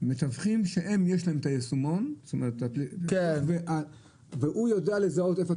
שלכם יש את היישומון והוא יודע לזהות היכן